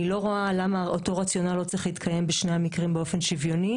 לא רואה למה אותו רציונל לא צריך להתקיים בשני המקרים באופן שוויוני.